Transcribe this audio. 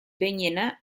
behinena